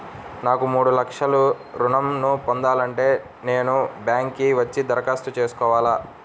నాకు మూడు లక్షలు ఋణం ను పొందాలంటే నేను బ్యాంక్కి వచ్చి దరఖాస్తు చేసుకోవాలా?